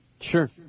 Sure